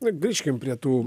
na grįžkim prie tų